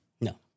No